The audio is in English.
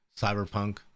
cyberpunk